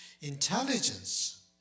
intelligence